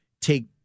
take